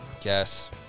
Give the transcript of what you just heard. guess